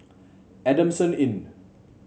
Adamson Inn